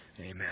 Amen